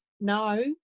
no